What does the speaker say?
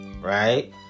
Right